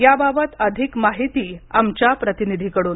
याबाबत अधिक माहिती आमच्या प्रतिनिधीकडून